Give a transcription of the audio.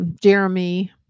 jeremy